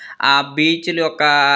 ఆ బీచ్లు యొక్క